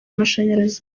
amashanyarazi